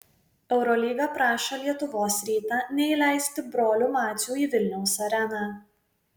eurolyga prašo lietuvos rytą neįleisti brolių macių į vilniaus areną